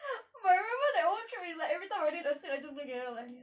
but I remember that one trip is like everytime I need a sweet I just look at her like this